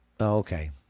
Okay